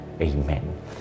Amen